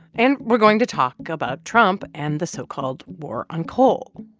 and we're going to talk about trump and the so-called war on coal.